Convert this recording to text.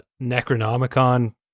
Necronomicon